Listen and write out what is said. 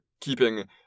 keeping